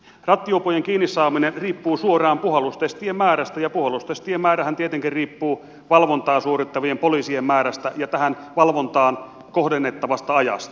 rattijuoppojen kiinni saaminen riippuu suoraan puhallustestien määrästä ja puhallustestien määrähän tietenkin riippuu valvontaa suorittavien poliisien määrästä ja tähän valvontaan kohdennettavasta ajasta